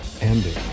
Ending